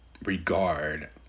regard